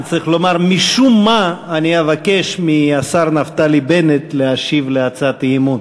אני צריך לומר: משום מה אני אבקש מהשר נפתלי בנט להשיב להצעת האי-אמון,